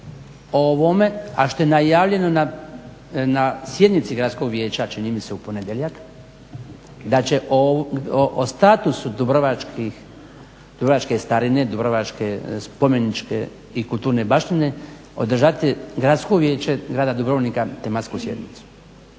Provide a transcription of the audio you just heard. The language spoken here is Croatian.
o ovome, a što je najavljeno na sjednici Gradskog vijeća, čini mi se u ponedjeljak, da će o statusu dubrovačke starine, dubrovačke spomeničke i kulturne baštine održati Gradsko vijeće grada Dubrovnika tematsku sjednicu.